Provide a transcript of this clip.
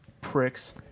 Pricks